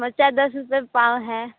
मरचा दस रुपया पाव है